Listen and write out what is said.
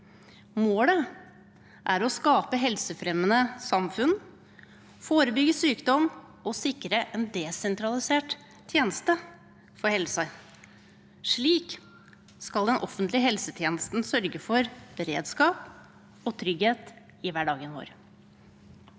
Målet er å skape helsefremmende samfunn, forebygge sykdom og sikre en desentralisert helsetjeneste. Slik skal den offentlige helsetjenesten sørge for beredskap og trygghet i hverdagen vår.